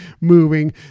moving